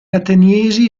ateniesi